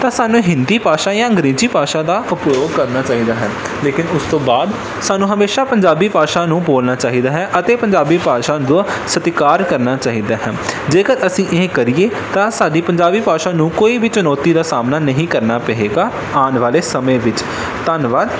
ਤਾਂ ਸਾਨੂੰ ਹਿੰਦੀ ਭਾਸ਼ਾ ਜਾਂ ਅੰਗਰੇਜ਼ੀ ਭਾਸ਼ਾ ਦਾ ਉਪਯੋਗ ਕਰਨਾ ਚਾਹੀਦਾ ਹੈ ਲੇਕਿਨ ਉਸ ਤੋਂ ਬਾਅਦ ਸਾਨੂੰ ਹਮੇਸ਼ਾ ਪੰਜਾਬੀ ਭਾਸ਼ਾ ਨੂੰ ਬੋਲਣਾ ਚਾਹੀਦਾ ਹੈ ਅਤੇ ਪੰਜਾਬੀ ਭਾਸ਼ਾ ਦਾ ਸਤਿਕਾਰ ਕਰਨਾ ਚਾਹੀਦਾ ਹੈ ਜੇਕਰ ਅਸੀਂ ਇਹ ਕਰੀਏ ਤਾਂ ਸਾਡੀ ਪੰਜਾਬੀ ਭਾਸ਼ਾ ਨੂੰ ਕੋਈ ਵੀ ਚੁਣੌਤੀ ਦਾ ਸਾਹਮਣਾ ਨਹੀਂ ਕਰਨਾ ਪਏਗਾ ਆਉਣ ਵਾਲੇ ਸਮੇਂ ਵਿੱਚ ਧੰਨਵਾਦ